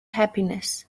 happiness